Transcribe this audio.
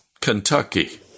Kentucky